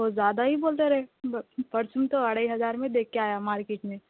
بہت زیادہ ہی بولتا رہے پرسوں تو ڈھائی ہزار میں دے کے آیا مارکیٹ میں